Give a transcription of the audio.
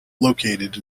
located